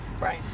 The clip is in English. Right